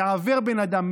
לעוור בן אדם.